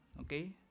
okay